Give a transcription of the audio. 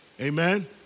Amen